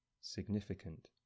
significant